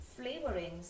flavorings